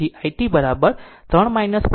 તેથી i t 3 0